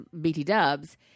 BT-dubs